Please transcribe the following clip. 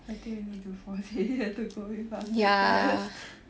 I think we need to force 爷爷 to go with us I guess